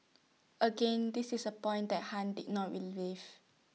again this is A point that han did not